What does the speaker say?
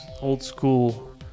old-school